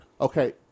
Okay